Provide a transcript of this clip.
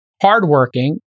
hardworking